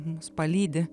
mus palydi